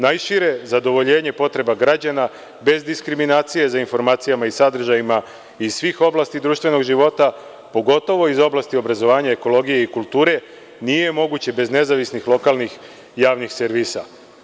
Najšire zadovoljenje i potreba građana bez diskriminacije za informacijama i sadržajima iz svih oblasti društvenog života, pogotovo iz oblasti obrazovanja, ekologije i kulture nije moguće bez nezavisnih lokalnih javnih servisa.